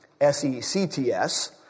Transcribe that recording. S-E-C-T-S